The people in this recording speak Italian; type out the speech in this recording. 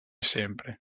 sempre